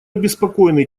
обеспокоены